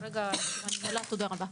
תודה רבה.